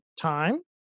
time